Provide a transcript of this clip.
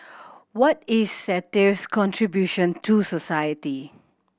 what is satire's contribution to society